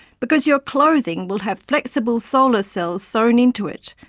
because your clothing will have flexible solar cells sewn into it,